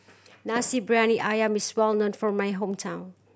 Nasi Briyani Ayam is well known from my hometown